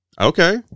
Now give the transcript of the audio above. okay